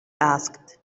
asked